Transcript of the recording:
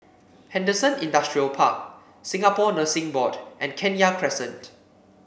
Henderson Industrial Park Singapore Nursing Board and Kenya Crescent